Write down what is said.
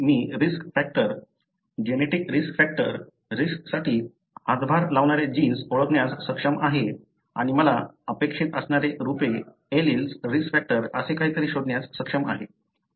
समजा की मी risk factor genetic risk factor रिस्कसाठी हातभार लावणारे जीन्स ओळखण्यास सक्षम आहे आणि मला अपेक्षित असणारे रूपे एलील्स रिस्क फॅक्टर असे काहीतरी शोधण्यात सक्षम आहे